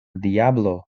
diablo